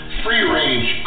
free-range